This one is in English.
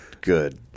good